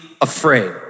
afraid